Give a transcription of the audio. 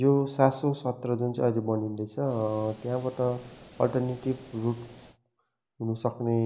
यो सात सौ सत्र जुन चाहिँ अहिले बनिँदैछ त्यहाँबाट अल्टरनेटिभ रूट हुनुसक्ने